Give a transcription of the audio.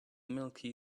milky